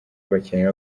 abakinnyi